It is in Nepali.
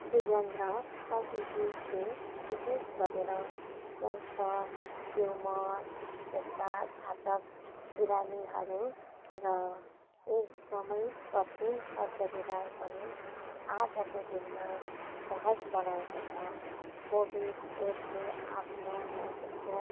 बिज्ञान र प्रकृतिले विशेष गरेर क्यान्सर ट्युमर जस्ता घातक बिरामीहरू र एकदमै कठिन सर्जरीलाई पनि आजको दिनमा सहज बनाएको छ कोभिड आफ्नो नजिकको